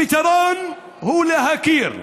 הפתרון הוא להכיר ביישובים.